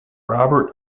robert